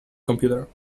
computer